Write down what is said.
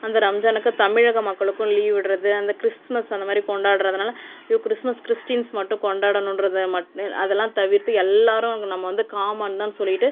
அந்த ரம்ஜானுக்கு தமிழக மக்களுக்கும் லீவ் விடுறது அந்த கிறிஸ்துமஸ் அந்தமாதிரி கொண்டாடுறதனால ஐயோ கிறிஸ்துமஸ் கிறிஸ்டின்ஸ் மட்டும் கொண்டாடனுன்றதை அதெலாம் தவிர்த்து எல்லாரும் நம்ப வந்து காமன் தான்னு சொல்லிவிட்டு